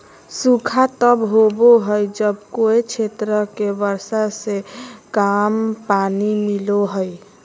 सूखा तब होबो हइ जब कोय क्षेत्र के वर्षा से कम पानी मिलो हइ